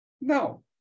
No